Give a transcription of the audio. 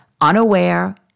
unaware